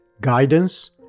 guidance